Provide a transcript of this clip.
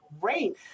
great